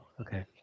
okay